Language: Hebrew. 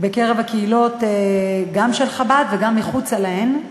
בקרב הקהילות של חב"ד וגם מחוץ להן.